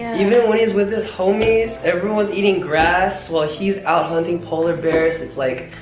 even when he's with his homies, everyone's eating grass while he's out hunting polar bears. it's like,